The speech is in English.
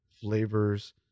flavors